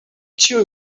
ĉiuj